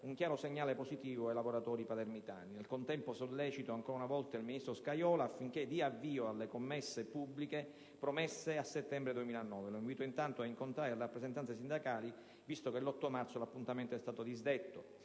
un chiaro segnale positivo ai lavoratori palermitani. Nel contempo sollecito ancora una volta il ministro Scajola affinché dia avvio alle commesse pubbliche promesse a settembre 2009 ed intanto lo invito a incontrare le rappresentanze sindacali visto che l'8 marzo l'appuntamento è stato disdetto.